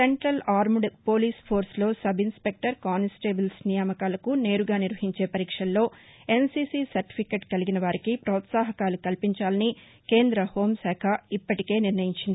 central armed police ఫోర్స్లో sub inspector constables నియామకాలకు నేరుగా నిర్వహించే పరీక్షల్లో ఎన్సిసి సర్లిఫికెట్ కలిగినవారికి పోత్సాహకాలు కల్పించాలని కేంద హోంశాఖ ఇప్పటికే నిర్ణయించింది